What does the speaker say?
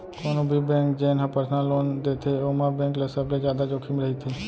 कोनो भी बेंक जेन ह परसनल लोन देथे ओमा बेंक ल सबले जादा जोखिम रहिथे